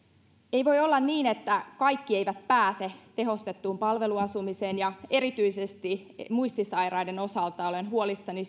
ei voi olla niin että kaikki eivät pääse tehostettuun palveluasumiseen erityisesti muistisairaiden osalta olen huolissani